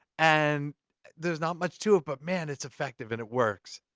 and there's not much to it. but man! it's effective and it works.